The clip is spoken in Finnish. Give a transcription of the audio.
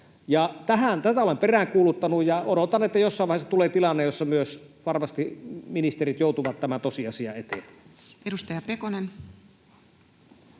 Tätä olen peräänkuuluttanut, ja odotan, että jossain vaiheessa tulee tilanne, jossa varmasti myös ministerit joutuvat tämän tosiasian eteen.